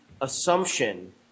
assumption